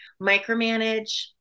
Micromanage